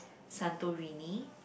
Santorini